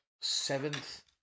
seventh